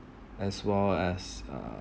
as well as uh